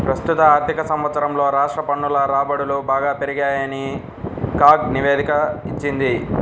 ప్రస్తుత ఆర్థిక సంవత్సరంలో రాష్ట్ర పన్నుల రాబడులు బాగా పెరిగాయని కాగ్ నివేదిక ఇచ్చింది